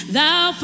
Thou